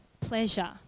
pleasure